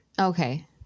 Okay